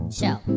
show